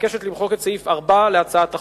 המבקשת למחוק את סעיף 4 להצעת החוק.